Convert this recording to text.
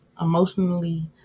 emotionally